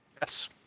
Yes